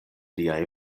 liaj